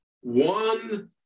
one